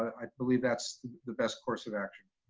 i believe that's the best course of action.